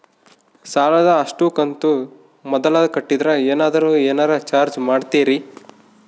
ಸಾಲದ ಅಷ್ಟು ಕಂತು ಮೊದಲ ಕಟ್ಟಿದ್ರ ಏನಾದರೂ ಏನರ ಚಾರ್ಜ್ ಮಾಡುತ್ತೇರಿ?